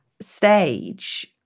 stage